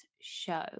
show